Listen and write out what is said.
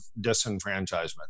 disenfranchisement